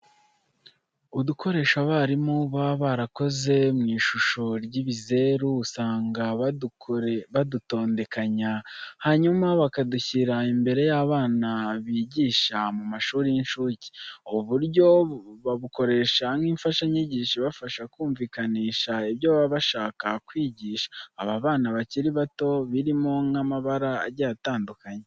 Udukoresho abarimu baba barakoze mu ishusho y'ibizeru usanga badutondekanya hanyuma bakadushyira imbere y'abana bigisha mu mashuri y'incuke. Ubu buryo babukoresha nk'imfashanyigisho ibafasha kumvikanisha ibyo baba bashaka kwigisha aba bana bakiri bato birimo nk'amabara agiye atandukanye.